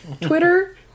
Twitter